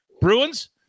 Bruins